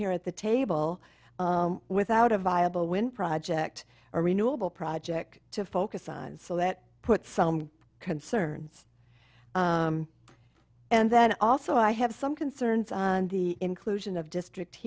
here at the table without a viable wind project or renewable project to focus on so that puts some concerns and then also i have some concerns on the inclusion of district